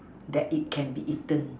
that it can be eaten